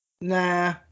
Nah